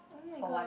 oh my gosh